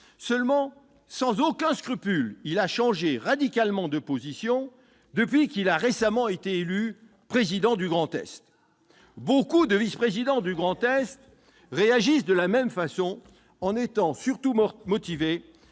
Seulement, sans aucun scrupule, il a changé radicalement de position depuis qu'il a récemment été élu président de la région Grand Est. De nombreux vice-présidents du Grand Est réagissent de la même façon, motivés